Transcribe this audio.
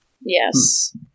yes